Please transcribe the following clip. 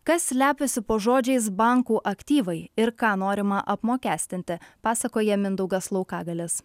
kas slepiasi po žodžiais bankų aktyvai ir ką norima apmokestinti pasakoja mindaugas laukagalis